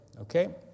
Okay